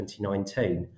2019